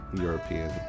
European